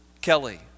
Kelly